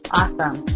awesome